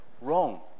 wrong